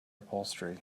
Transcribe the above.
upholstery